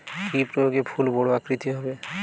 কি প্রয়োগে ফুল বড় আকৃতি হবে?